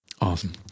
Awesome